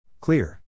Clear